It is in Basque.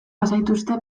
bazaituzte